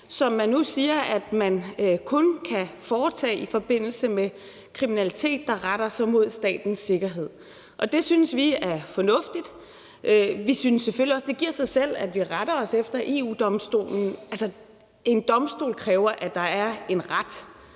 som man nu siger at man kun kan foretage i forbindelse med kriminalitet, der retter sig imod statens sikkerhed. Det synes vi er fornuftigt. Vi synes selvfølgelig også, at det giver sig selv, at vi retter os efter EU-Domstolen. En domstol kræver, at der er en ret,